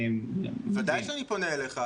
ודאי שאני פונה אליך.